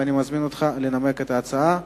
ואני מזמין אותך לנמק את ההצעה.